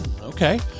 Okay